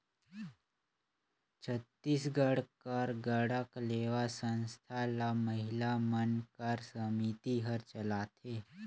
छत्तीसगढ़ कर गढ़कलेवा संस्था ल महिला मन कर समिति हर चलाथे